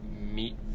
meet